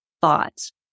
thoughts